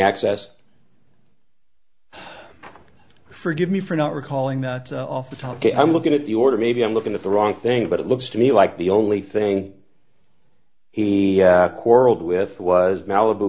access forgive me for not recalling that off the top i'm looking at the order maybe i'm looking at the wrong thing but it looks to me like the only thing he quarreled with was malibu